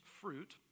fruit